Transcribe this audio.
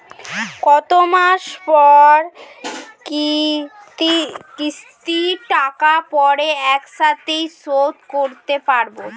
কত মাস পর কিস্তির টাকা পড়ে একসাথে শোধ করতে পারবো?